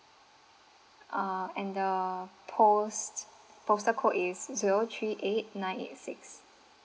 uh and the post postal code is zero three eight nine eight six